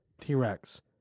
T-Rex